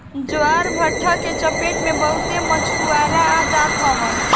ज्वारभाटा के चपेट में बहुते मछुआरा आ जात हवन